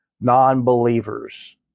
non-believers